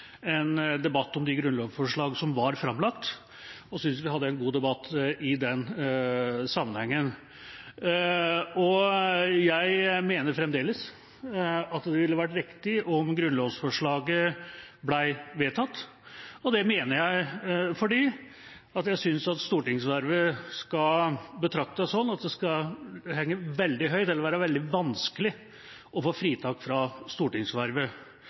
en debatt om de grunnlovsforslag som var framlagt, og jeg synes vi hadde en god debatt i den sammenhengen. Jeg mener fremdeles at det ville vært riktig om grunnlovsforslaget ble vedtatt, og det mener jeg fordi jeg synes at stortingsvervet skal betraktes slik at det skal henge veldig høyt, og at det skal være veldig vanskelig å få fritak fra stortingsvervet.